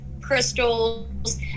crystals